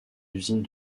usine